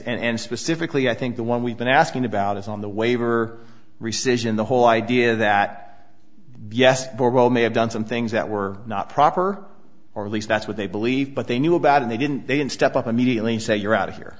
and specifically i think the one we've been asking about is on the waiver rescission the whole idea that yes bobo may have done some things that were not proper or at least that's what they believe but they knew about and they didn't they didn't step up immediately and say you're out of here